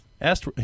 Asked